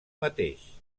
mateix